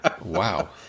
wow